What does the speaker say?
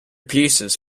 pieces